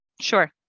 Sure